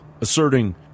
asserting